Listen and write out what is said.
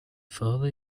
father